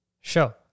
Sure